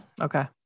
Okay